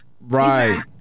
Right